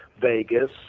Vegas